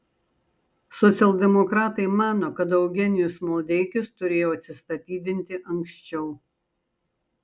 socialdemokratai mano kad eugenijus maldeikis turėjo atsistatydinti anksčiau